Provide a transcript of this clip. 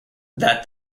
that